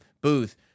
booth